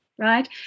Right